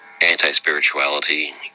Anti-spirituality